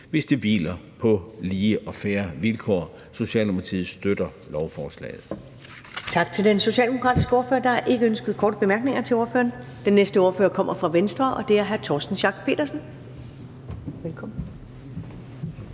hvis de hviler på lige og fair vilkår. Socialdemokratiet støtter lovforslaget.